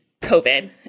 COVID